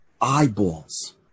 Eyeballs